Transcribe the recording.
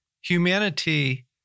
humanity